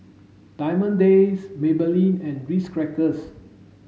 Diamond Days Maybelline and Ritz Crackers